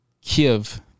Kiev